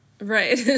Right